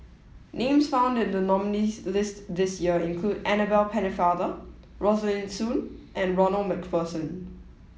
names found in the nominees list this year include Annabel Pennefather Rosaline Soon and Ronald MacPherson